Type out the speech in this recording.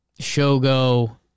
Shogo